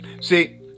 See